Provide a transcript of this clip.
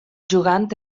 jugant